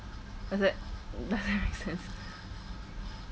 does that does that make sense